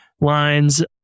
lines